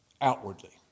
outwardly